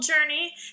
journey